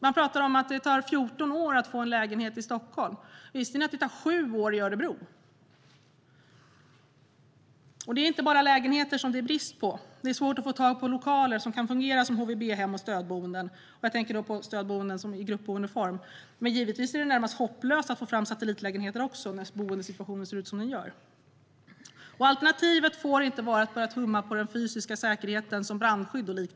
Man pratar om att det tar 14 år att få en lägenhet i Stockholm. Visste ni att det tar sju år i Örebro? Det är inte bara lägenheter som det är brist på. Det är svårt att få tag på lokaler som kan fungera som HVB-hem och stödboenden. Jag tänker då på stödboenden i gruppboendeform. Givetvis är det närmast hopplöst att få fram satellitlägenheter, när boendesituationen ser ut som den gör. Alternativet får inte vara att börja tumma på den fysiska säkerheten, som brandskydd.